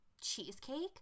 cheesecake